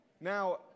Now